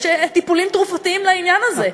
יש טיפולים תרופתיים לעניין הזה.